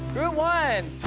group one.